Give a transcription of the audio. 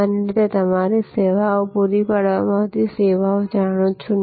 સામાન્ય રીતે તમે સારી સેવાઓ પૂરી પાડવામાં આવતી સેવાઓ જાણો છો